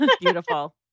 Beautiful